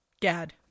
Gad